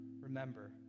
remember